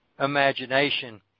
imagination